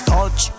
Touch